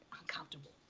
uncomfortable